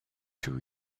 two